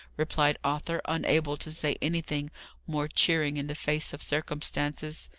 replied arthur, unable to say anything more cheering in the face of circumstances.